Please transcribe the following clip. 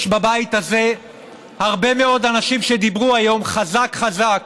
יש בבית הזה הרבה מאוד אנשים שדיברו היום חזק חזק